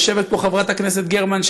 יושבת פה חברת הכנסת גרמן,